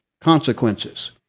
consequences